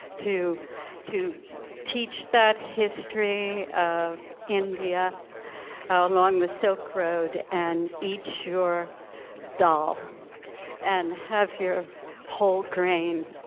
to to teach that history of india along the silk road and eat your doll and have your whole grain.